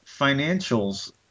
financials